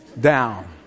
down